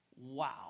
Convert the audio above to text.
Wow